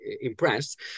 impressed